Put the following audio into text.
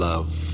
Love